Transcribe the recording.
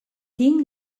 tinc